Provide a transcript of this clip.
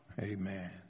Amen